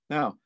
Now